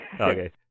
Okay